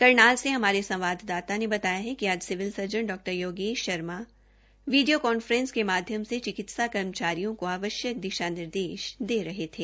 करनाल से हमारे संवाददाता ने बताया कि आज सिविल सर्जन डॉ योगेश शर्मा ने वीडियो कांफ्रेस के माध्यम से चिकित्सा कर्मचारियों को आवश्यक दिशा निर्देश दिये